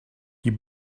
die